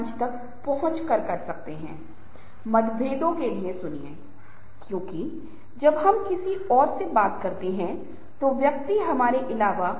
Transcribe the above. इसलिए ये लोग कह सकते हैं कि इन पहलुओं में बहुत अच्छा है लेकिन जैसा कि आप जानते हैं कि हम इंसान हैं